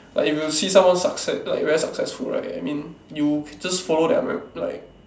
like if you see someone succeed like very successful right I mean you just follow their very like